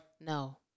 no